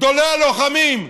גדולי הלוחמים,